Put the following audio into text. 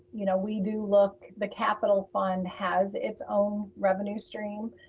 you know, we do look, the capital fund has its own revenue stream.